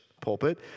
pulpit